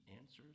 answers